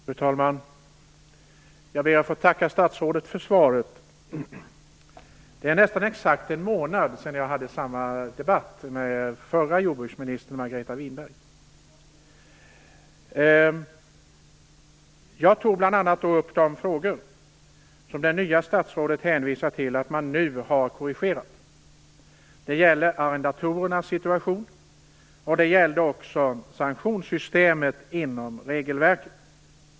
Fru talman! Jag ber att få tacka statsrådet för svaret. Det är nästan exakt en månad sedan jag hade en debatt i samma fråga med förra jordbruksministern Margareta Winberg. Jag tog då bl.a. upp de frågor som det nya statsrådet hänvisar till. Hon säger att man nu har korrigerat där. Det gäller arrendatorernas situation och sanktionssystemet inom regelverket.